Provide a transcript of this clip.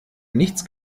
nichts